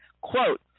quote